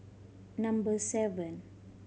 number seven